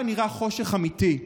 ככה נראה חושך אמיתי.